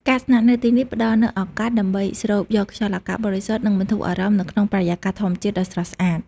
ការស្នាក់នៅទីនេះផ្តល់នូវឱកាសដើម្បីស្រូបយកខ្យល់អាកាសបរិសុទ្ធ និងបន្ធូរអារម្មណ៍នៅក្នុងបរិយាកាសធម្មជាតិដ៏ស្រស់ស្អាត។